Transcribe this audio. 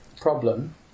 problem